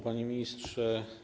Panie Ministrze!